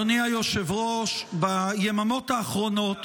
אדוני היושב-ראש, ביממות האחרונות